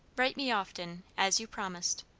write me often, as you promised.